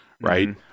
right